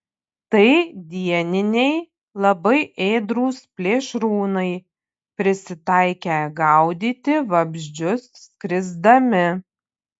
tai dieniniai labai ėdrūs plėšrūnai prisitaikę gaudyti vabzdžius skrisdami